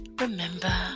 Remember